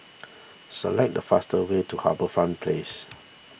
select the fastest way to HarbourFront Place